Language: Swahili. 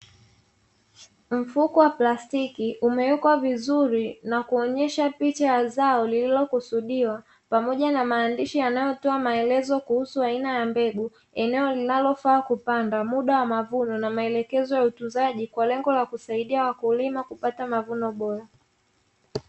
Mfuko wa plastiki umewekwa vizuri na kuonyesha picha ya zao lililokusudiwa, pamoja na maandishi yanayotoa maelezo kuhusu aina ya mbegu, eneo linalofaa kupanda muda wa mavuno na maelekezo ya utunzaji kwa lengo la kusaidia wakulima kupata mavuno bora.